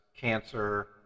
cancer